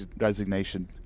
resignation